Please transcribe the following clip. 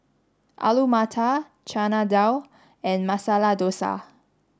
Alu Matar Chana Dal and Masala Dosa